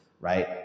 right